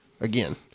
again